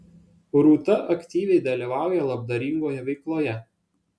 rūta aktyviai dalyvauja labdaringoje veikloje